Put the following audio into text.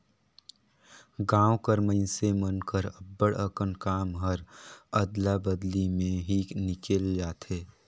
गाँव कर मइनसे मन कर अब्बड़ अकन काम हर अदला बदली में ही निकेल जाथे